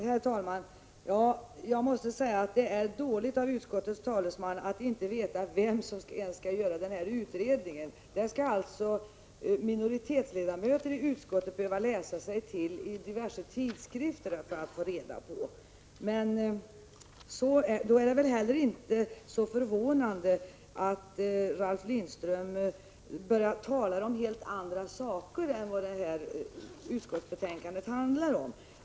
Herr talman! Jag måste säga att det är dåligt att utskottets talesman inte ens vet vem det är som skall göra utredningen i fråga. Det skall alltså minoritetsledamöter i utskottet behöva läsa sig till i diverse tidskrifter. Mot den bakgrunden är det väl heller inte särskilt förvånande att Ralf Lindström börjar tala om någonting helt annat än det som betänkandet handlar om.